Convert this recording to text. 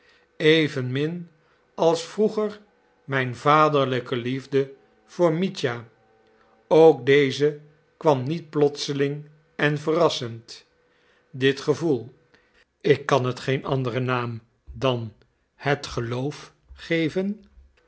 evenmin als vroeger mijn vaderlijke liefde voor mitja ook deze kwam niet plotseling en verrassend dit gevoel ik kan het geen anderen naam dan het geloof geven